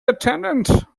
attendant